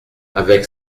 avec